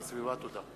העבודה,